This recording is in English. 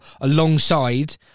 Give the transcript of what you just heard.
alongside